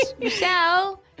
michelle